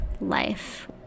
life